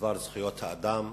בדבר זכויות האדם,